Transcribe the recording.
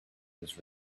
his